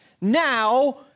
now